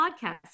podcast